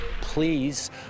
Please